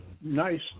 nice